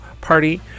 Party